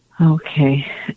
okay